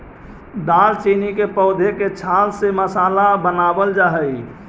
दालचीनी के पौधे के छाल से मसाला बनावाल जा हई